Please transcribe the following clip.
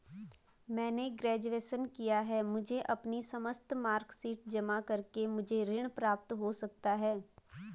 मैंने ग्रेजुएशन किया है मुझे अपनी समस्त मार्कशीट जमा करके मुझे ऋण प्राप्त हो सकता है?